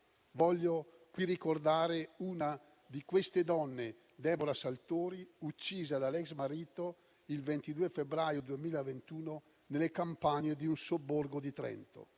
Voglio qui ricordare una di quelle donne, Deborah Saltori, uccisa dall'ex marito il 22 febbraio 2021 nelle campagne di un sobborgo di Trento.